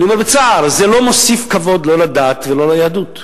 אני אומר בצער שזה לא מוסיף כבוד לא לדת ולא ליהדות.